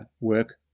work